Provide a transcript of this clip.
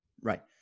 Right